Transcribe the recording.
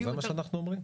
צהריים טובים.